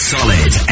Solid